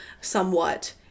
somewhat